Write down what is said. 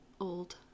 old